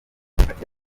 ati